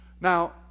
Now